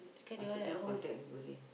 I still cannot contact anybody